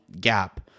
gap